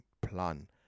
plan